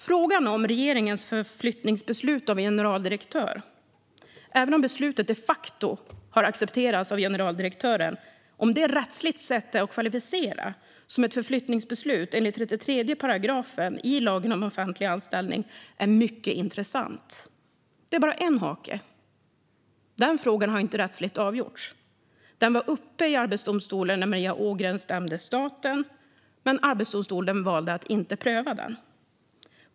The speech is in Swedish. Frågan om regeringens beslut om förflyttning av en generaldirektör - även om beslutet de facto accepteras av generaldirektören - rättsligt sett kan kvalificeras som ett förflyttningsbeslut enligt 33 § lagen om offentlig anställning är mycket intressant. Det är bara en hake: Den frågan har inte avgjorts rättsligt. Den var uppe i Arbetsdomstolen när Maria Ågren stämde staten, men Arbetsdomstolen valde att inte pröva den.